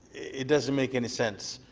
it doesn't make any sense.